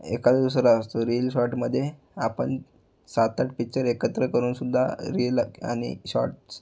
एखादा दुसरा असतो रील शॉर्टमध्ये आपण सात आठ पिच्चर एकत्र करून सुद्धा रील आणि शॉर्ट्स